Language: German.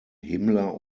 himmler